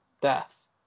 death